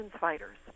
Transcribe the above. fighters